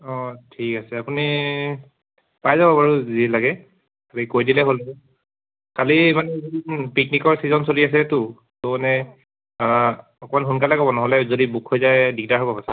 অঁ ঠিক আছে আপুনি পাই যাব বাৰু যি লাগে খালি কৈ দিলে হ'ল খালি মানে পিকনিকৰ ছিজন চলি আছেতো ত' মানে অকণমান সোনকালে ক'ব নহ'লে যদি বুক হৈ যায় দিগদাৰ হ'ব পাছত